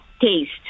taste